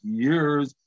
years